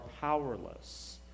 powerless